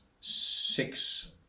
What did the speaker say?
six